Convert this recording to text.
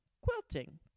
quilting